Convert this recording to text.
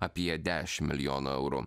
apie dešim milijonų eurų